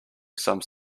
some